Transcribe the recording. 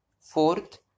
Fourth